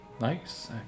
Nice